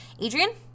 Adrian